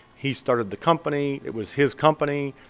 he started the company. it was his company.